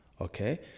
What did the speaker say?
okay